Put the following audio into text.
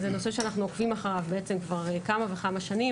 זה נושא שאנחנו עוקבים אחריו כבר כמה וכמה שנים,